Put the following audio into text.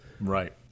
Right